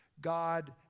God